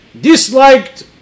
disliked